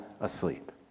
asleep